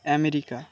America